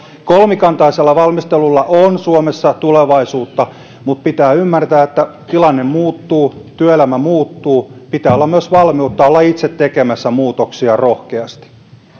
kolmikantaisella valmistelulla on suomessa tulevaisuutta mutta pitää ymmärtää että tilanne muuttuu työelämä muuttuu pitää olla myös valmiutta olla itse tekemässä muutoksia rohkeasti